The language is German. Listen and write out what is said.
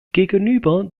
gegenüber